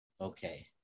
okay